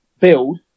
build